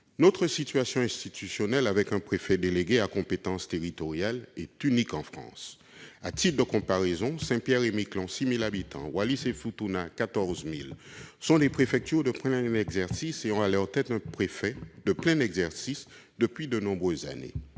Notre situation institutionnelle avec un préfet délégué à compétence territoriale est unique en France. À titre de comparaison, Saint-Pierre-et-Miquelon, qui compte 6 000 habitants, et les îles Wallis et Futuna, peuplées de 14 000 habitants, sont des préfectures de plein exercice et ont à leur tête un préfet de plein exercice depuis de nombreuses années.